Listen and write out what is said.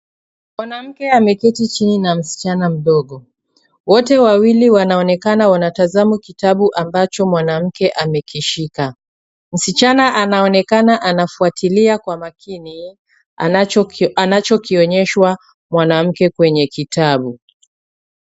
Mwanamke ameketi chini na msichana mdogo. Wote wawili wanaonekana wanatazama kitabu ambacho mwanamke amekishika. Msichana anaonekana anafuatilia kwa makini anachokionyeshwa mwanamke kwenye kitabu.